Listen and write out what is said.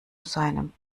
seinem